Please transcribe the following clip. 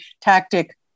tactic